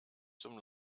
zum